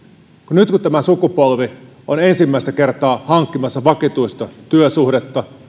nyt kun tämä sukupolvi on ensimmäistä kertaa hankkimassa vakituista työsuhdetta